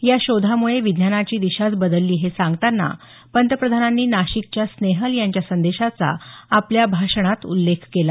या शोधामुळे विज्ञानाची दिशाच बदलली हे सांगतांना पंतप्रधानांनी नाशिकच्या स्नेहल यांच्या संदेशाचा आपल्या भाषणात उल्लेख केला